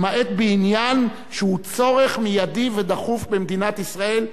למעט בעניין שהוא צורך מיידי ודחוף במדינת ישראל,